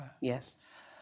Yes